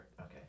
Okay